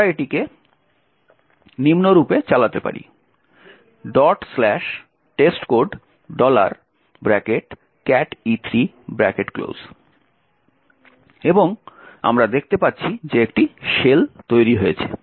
আমরা এটিকে নিম্নরূপে চালাতে পারি testcode এবং আমরা দেখতে পাচ্ছি যে একটি শেল তৈরি হয়েছে